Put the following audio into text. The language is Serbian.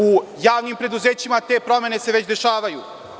U javnim preduzećima te promene se već dešavaju.